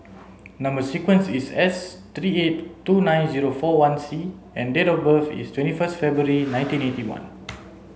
number sequence is S three eight two nine zero four one C and date of birth is twenty first February nineteen eighty one